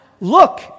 look